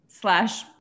slash